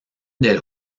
del